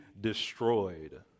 destroyed